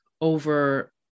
over